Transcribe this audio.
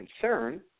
concern